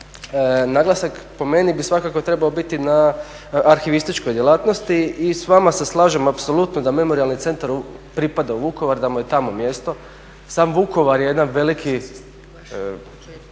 naglasak po meni bi svakako trebao biti na arhivističkoj djelatnosti i s vama se slažem apsolutno da Memorijalni centar pripada u Vukovar, da mu je tamo mjesto. Sam Vukovar je jedan veliki